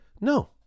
No